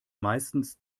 meistens